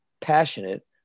passionate